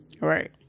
Right